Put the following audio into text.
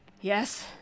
Yes